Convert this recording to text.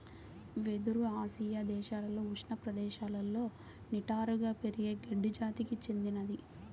వెదురు ఆసియా దేశాలలో ఉష్ణ ప్రదేశాలలో నిటారుగా పెరిగే గడ్డి జాతికి చెందినది